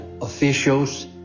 officials